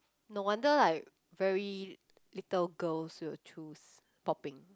no wonder like very little girls will choose popping